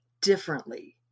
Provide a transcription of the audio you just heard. differently